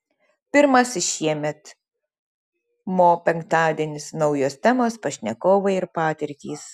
pirmasis šiemet mo penktadienis naujos temos pašnekovai ir patirtys